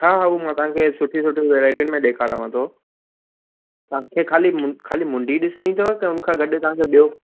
हा हा हू मां तव्हांखे सुठी सुठी वैराइटिनि में ॾेखारियांव थो त तव्हांखे ख़ाली ख़ाली मुंडी ॾिसणी अथव या उन सां गॾु ॿियो